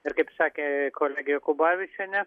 ir kaip sakė kolegė jakubavičienė